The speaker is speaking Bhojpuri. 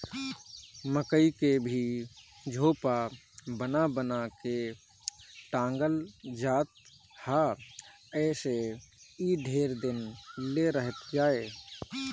मकई के भी झोपा बना बना के टांगल जात ह जेसे इ ढेर दिन ले रहत जाए